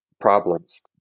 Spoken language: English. problems